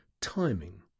timing